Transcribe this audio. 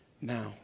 now